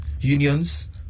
unions